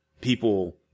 people